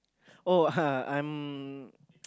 oh I'm